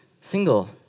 single